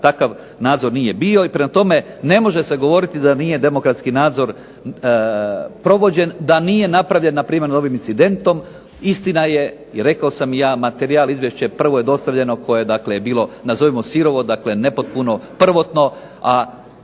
takav nadzor nije bio. Prema tome, ne može se govoriti da nije demokratski nadzor provođen, da nije napravljen npr. ovim incidentom. Istina je i rekao sam i ja materijal, izvješće koje je dostavljeno koje je bilo sirovo, dakle nepotpuno, prvotno. A isto